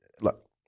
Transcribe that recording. look